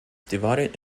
divided